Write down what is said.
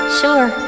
sure